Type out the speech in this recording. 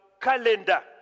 calendar